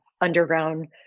underground